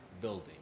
building